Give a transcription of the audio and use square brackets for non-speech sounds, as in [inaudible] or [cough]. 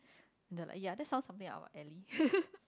the ya that sound something like our alley [laughs]